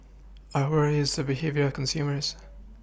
our worry is the behaviour of consumers